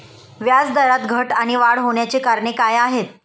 व्याजदरात घट आणि वाढ होण्याची कारणे काय आहेत?